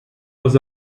was